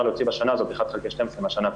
להוציא בשנה הזאת 1 חלקי 12 מהשנה הקודמת.